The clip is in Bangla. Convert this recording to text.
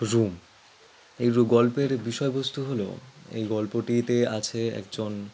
রুম এই রু গল্পের বিষয়বস্তু হলো এই গল্পটিতে আছে একজন